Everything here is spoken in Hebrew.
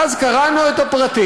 לא דיברו, ואז קראנו את הפרטים,